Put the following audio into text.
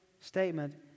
statement